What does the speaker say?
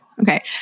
Okay